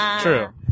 True